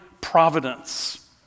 providence